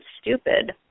stupid